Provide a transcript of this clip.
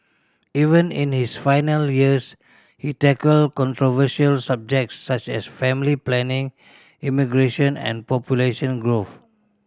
even in his final years he tackled controversial subjects such as family planning immigration and population growth